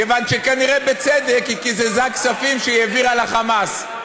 מכיוון שכנראה בצדק היא קיזזה כספים שהיא העבירה ל"חמאס".